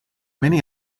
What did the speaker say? many